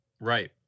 Right